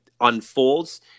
unfolds